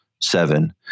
Seven